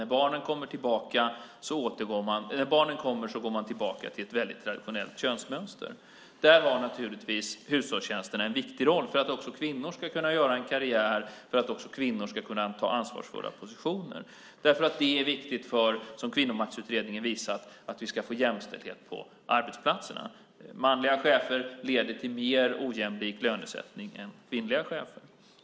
När barnen kommer går man tillbaka till ett väldigt traditionellt könsmönster. Där har naturligtvis hushållstjänsterna en viktig roll för att också kvinnor ska kunna göra karriär och för att också kvinnor ska kunna ta ansvarsfulla positioner. Det är viktigt, som Kvinnomaktsutredningen visar, för att vi ska få jämställdhet på arbetsplatserna. Manliga chefer leder till en mer ojämlik lönesättning än kvinnliga chefer.